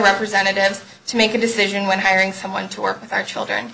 representatives to make a decision when hiring someone to work with our children